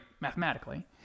mathematically